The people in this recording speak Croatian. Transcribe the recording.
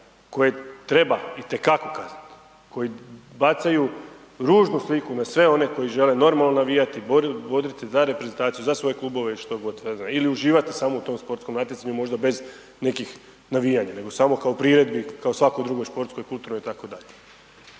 koje treba itekako kazniti, koji bacaju ružnu sliku na sve one koji žele normalno navijati, boriti za reprezentaciju, za svoje klubove ili što god, ili uživati samo u tom sportskom natjecanju možda bez nekih navijanja nego samo kao priredbi kao i svako drugo športsko i kulturno, itd.